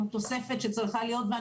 תוספת שצריכה להיות בה,